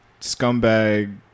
scumbag